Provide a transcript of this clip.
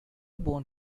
bone